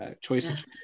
choices